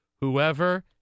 Whoever